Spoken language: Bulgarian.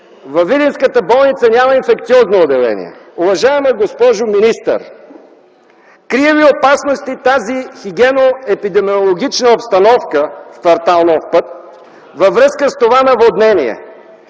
Във Видинската болница няма инфекциозно отделение. Уважаема госпожо министър, крие ли опасности тази хигиенно-епидемиологична обстановка в кв. „Нов път” във връзка с това наводнение?